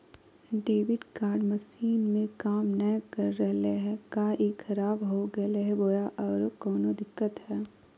Debit card machine में काम नाय कर रहले है, का ई खराब हो गेलै है बोया औरों कोनो दिक्कत है?